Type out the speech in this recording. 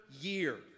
year